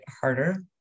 harder